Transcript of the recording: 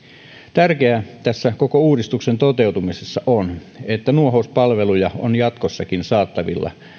tärkeää tässä koko uudistuksen toteutumisessa on että nuohouspalveluja on jatkossakin saatavilla